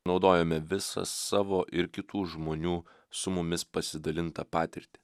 naudojame visą savo ir kitų žmonių su mumis pasidalintą patirtį